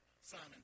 Simon